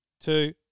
two